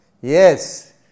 Yes